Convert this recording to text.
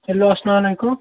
hello اَلسلامُ علیکُم